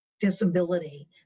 disability